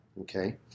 Okay